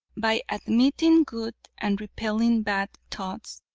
by admitting good and repelling bad thoughts,